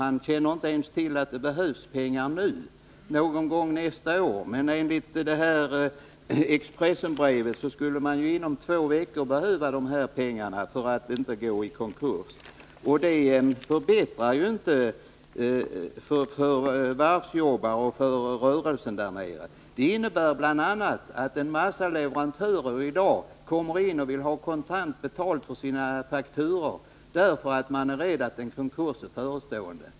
Han känner inte ens till att det behövs pengar nu — kanske någon gång nästa år — men enligt industriministerns Expressenbrev skulle man inom två veckor behöva pengarna för att inte gå i konkurs. Ett sådant påstående gör det ju inte bättre för vare sig varvsjobbarna eller själva rörelsen där nere. Bl. a. innebär det att en massa leverantörer i dag vill ha kontant betalt för sina fakturor, eftersom de är rädda för att en konkurs är förestående.